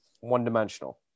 one-dimensional